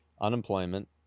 unemployment